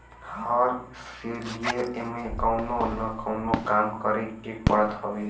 हर सलिए एमे कवनो न कवनो काम करे के पड़त हवे